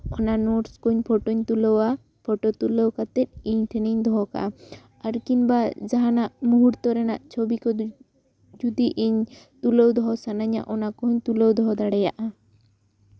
ᱚᱱᱟ ᱱᱳᱴᱥ ᱠᱚ ᱯᱷᱳᱴᱳᱧ ᱛᱩᱞᱟᱹᱣᱟ ᱯᱷᱳᱴᱳ ᱛᱩᱞᱟᱹᱣ ᱠᱟᱛᱮ ᱤᱧ ᱴᱷᱮᱱᱤᱧ ᱫᱚᱦᱚ ᱠᱟᱜᱼᱟ ᱟᱨ ᱠᱤᱢᱵᱟ ᱡᱟᱦᱟᱱᱟᱜ ᱱᱳᱴ ᱨᱮᱱᱟᱜ ᱪᱷᱚᱵᱤ ᱠᱚᱫᱚᱧ ᱡᱩᱫᱤ ᱤᱧ ᱛᱩᱞᱟᱹᱣ ᱫᱚᱦᱚ ᱥᱟᱱᱟᱧᱟ ᱚᱱᱟ ᱠᱚᱦᱚᱹᱧ ᱛᱩᱞᱟᱹᱣ ᱫᱚᱦᱚ ᱫᱟᱲᱮᱭᱟᱜᱼᱟ